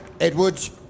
Edwards